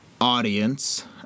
audience